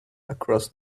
across